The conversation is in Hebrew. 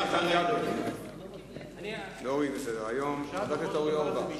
שהעניין, חבר הכנסת אורי אורבך?